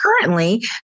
currently